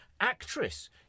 actress